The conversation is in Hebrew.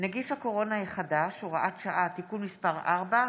(נגיף הקורונה החדש) (הוראת שעה) (תיקון מס' 4),